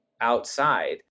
outside